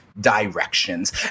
directions